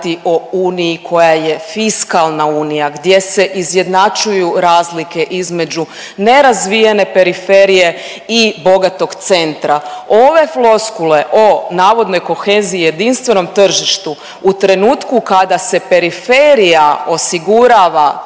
o uniji koja je fiskalna unija, gdje se izjednačuju razlike između nerazvijene periferije i bogatog centra. Ove floskule o navodnoj koheziji i jedinstvenom tržištu u trenutku kada se periferija osigurava